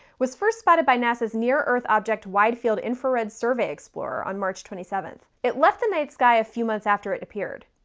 was first spotted by nasa's near-earth object wide-field infrared survey explorer on march twenty seven. it left the night sky a few months after it appeared.